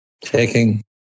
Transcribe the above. taking